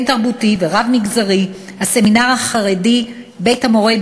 בין-תרבותי ורב-מגזרי: הסמינר החרדי "בית המורה,